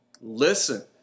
Listen